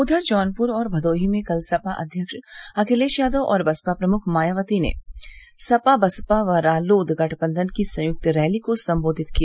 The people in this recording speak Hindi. उधर जौनपुर और भदोही में कल सपा अध्यक्ष अखिलेश यादव और बसपा प्रमुख मायावती ने सपा बसपा व रालोद गठबंधन की संयुक्त रैली को संबोधित किया